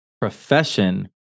profession